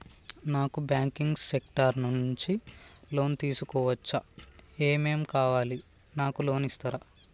నాకు banking sector నుంచి loan తీసుకోవచ్చా? ఏమేం కావాలి? నాకు లోన్ ఇస్తారా?